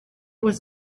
was